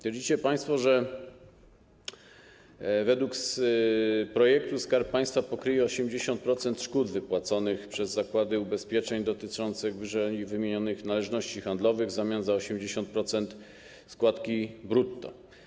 Twierdzicie państwo, że według projektu Skarb Państwa pokryje 80% kwoty odszkodowań wypłaconych przez zakłady ubezpieczeń, dotyczących ww. należności handlowych w zamian za 80% składki brutto.